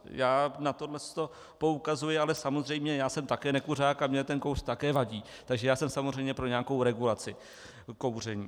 Já na tohle poukazuji, ale samozřejmě, já jsem také nekuřák a mně ten kouř také vadí, takže jsem samozřejmě pro nějakou regulaci kouření.